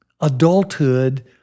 adulthood